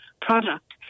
product